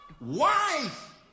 Wife